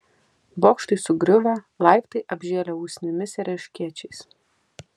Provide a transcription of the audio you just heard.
bokštai sugriuvę laiptai apžėlę usnimis ir erškėčiais